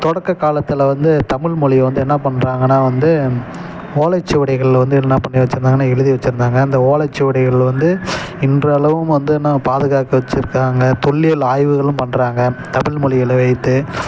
தொடக்கக் காலத்தில் வந்து தமிழ்மொழியை வந்து என்ன பண்ணுறாங்ன்கனா வந்து ஓலைச்சுவடிகள் வந்து என்ன பண்ணி வச்சுருந்தாங்கன்னா எழுதி வச்சுருந்தாங்க அந்த ஓலைச்சுவடிகள் வந்து இன்றளவும் வந்து இன்னும் பாதுகாத்து வச்சுருக்காங்க தொல்லியல் ஆய்வுகளும் பண்ணுறாங்க தமிழ் மொழிகளை வைத்து